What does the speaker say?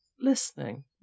listening